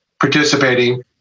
participating